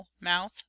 mouth